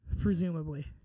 Presumably